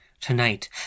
Tonight